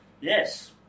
Yes